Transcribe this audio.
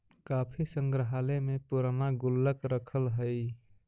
काफी संग्रहालय में पूराना गुल्लक रखल हइ